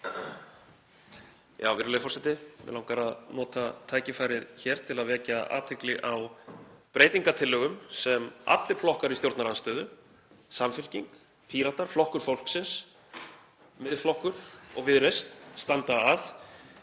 Virðulegi forseti. Mig langar að nota tækifærið hér til að vekja athygli á breytingartillögum sem allir flokkar í stjórnarandstöðu, Samfylking, Píratar, Flokkur fólksins, Miðflokkurinn og Viðreisn, standa að